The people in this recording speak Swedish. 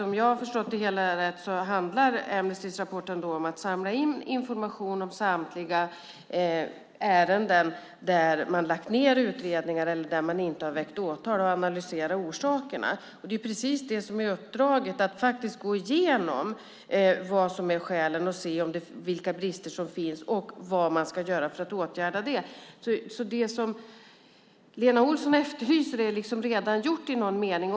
Om jag har förstått det hela rätt handlar det enligt Amnestys rapport om att samla in information om samtliga ärenden där man lagt ned utredningar eller där man inte har väckt åtal och analyserat orsakerna. Det är precis det som är uppdraget, att gå igenom vad som är skälen och se vilka brister som finns och vad man ska göra för att åtgärda dem. Det som Lena Olsson efterlyser är redan gjort i någon mening.